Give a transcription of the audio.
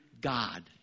God